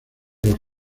los